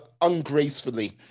ungracefully